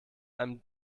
einem